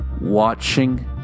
watching